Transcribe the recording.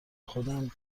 خودم